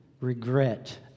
regret